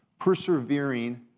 persevering